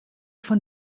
von